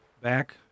back